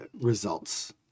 results